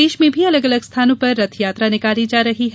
प्रदेश में भी अलग अलग स्थानों पर रथयात्रा निकाली जा रही है